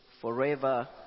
forever